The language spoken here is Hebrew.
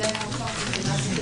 זו הגישה שלהם.